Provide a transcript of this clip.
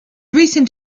recent